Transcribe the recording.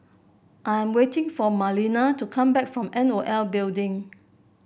I am waiting for Marlena to come back from N O L Building